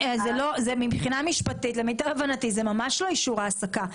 מבחינה משפטית למיטב הבנתי זה לא אישור העסקה.